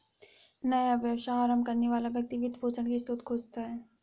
नया व्यवसाय आरंभ करने वाला व्यक्ति वित्त पोषण की स्रोत खोजता है